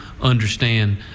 understand